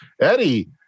eddie